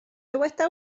dyweda